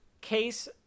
Case